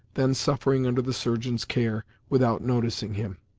then suffering under the surgeon's care, without noticing him.